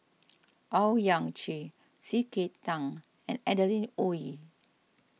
Owyang Chi C K Tang and Adeline Ooi